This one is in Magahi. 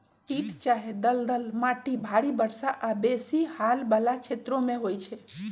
पीट चाहे दलदल माटि भारी वर्षा आऽ बेशी हाल वला क्षेत्रों में होइ छै